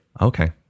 Okay